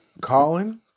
Colin